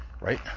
right